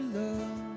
love